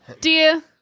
Dear